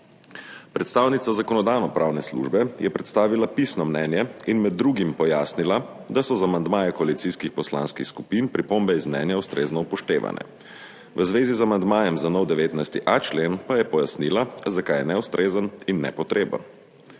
Predstavnica Zakonodajno-pravne službe je predstavila pisno mnenje in med drugim pojasnila, da so z amandmajem koalicijskih poslanskih skupin pripombe iz mnenja ustrezno upoštevane. V zvezi z amandmajem za nov 19.a člen pa je pojasnila, zakaj je neustrezen in nepotreben.